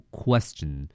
question